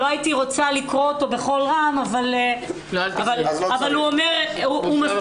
לא הייתי רוצה לקרוא אותו בקול רם אבל הוא אומר מספיק.